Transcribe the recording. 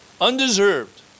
undeserved